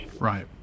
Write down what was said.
Right